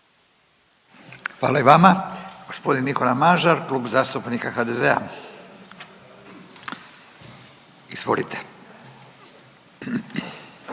Hvala i vama. G. Nikola Mažar, Klub zastupnika HDZ-a. Izvolite.